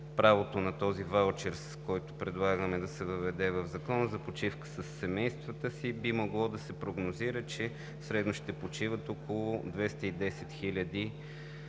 правото си на ваучер, с който се предлагаме да се въведе в Закона, за почивка със семействата си, би могло да се прогнозира, че средно ще почиват около 210 000